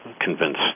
convince